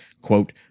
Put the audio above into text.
quote